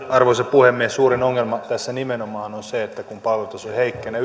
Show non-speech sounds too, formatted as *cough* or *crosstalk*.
arvoisa puhemies suurin ongelma tässä on nimenomaan se että palvelutaso heikkenee *unintelligible*